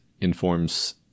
informs